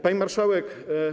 Pani Marszałek!